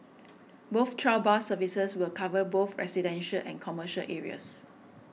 both trial bus services will cover both residential and commercial areas